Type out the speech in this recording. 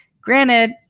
Granted